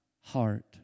heart